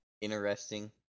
interesting